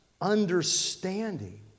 understanding